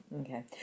Okay